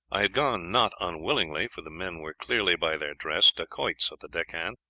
i had gone not unwillingly, for the men were clearly, by their dress, dacoits of the deccan,